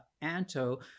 Anto